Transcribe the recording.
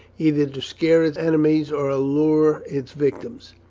either to scare its enemies or allure its victims.